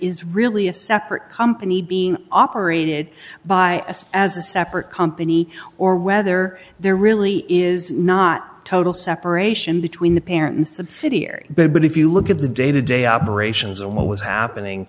is really a separate company being operated by us as a separate company or whether there really is not total separation between the parent and subsidiary bill but if you look at the day to day operations of what was happening